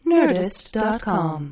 Nerdist.com